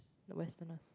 the westerners